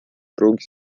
pruugi